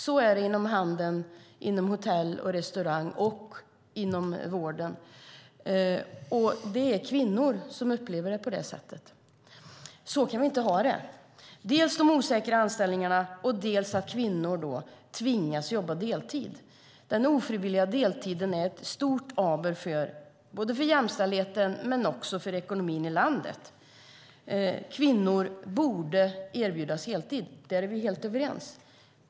Så är det inom handeln, hotell och restaurang och inom vården. Det är kvinnor som upplever det på det sättet. Så kan vi inte ha det. Det är dels de osäkra anställningarna, dels att kvinnor tvingas jobba deltid. Den ofrivilliga deltiden är ett stort aber både för jämställdheten och också för ekonomin i landet. Kvinnor borde erbjudas heltid. Där är vi helt överens.